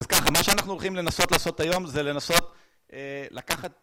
אז ככה מה שאנחנו הולכים לנסות לעשות היום זה לנסות לקחת